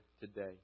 today